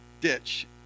ditch